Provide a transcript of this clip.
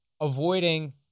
avoiding